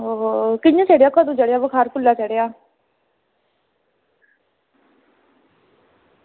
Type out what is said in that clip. कियां चढ़ेआ कदूं चढ़ेआ बुखार कोलै चढ़ेआ